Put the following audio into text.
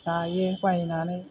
जायो बायनानै